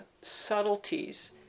subtleties